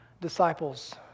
disciples